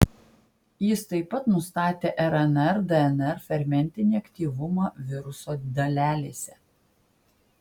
jis taip pat nustatė rnr dnr fermentinį aktyvumą viruso dalelėse